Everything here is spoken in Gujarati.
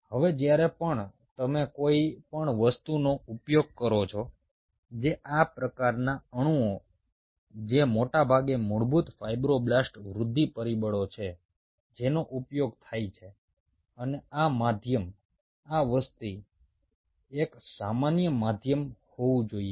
હવે જ્યારે પણ તમે કોઈ પણ વસ્તુનો ઉપયોગ કરો છો જે આ પ્રકારના અણુઓ જે મોટે ભાગે મૂળભૂત ફાઈબ્રોબ્લાસ્ટ વૃદ્ધિ પરિબળો છે જેનો ઉપયોગ થાય છે અને આ માધ્યમ આ આખી વસ્તુ એક સામાન્ય માધ્યમ હોવું જોઈએ